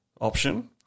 option